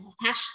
passion